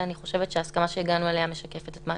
ואני חושבת שההסכמה שהגענו אליה משקפת את הכוונה.